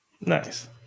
Nice